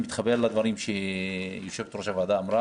אני מתחבר לדברים החכמים מאוד שאמרה יושבת-ראש הוועדה הציבורית.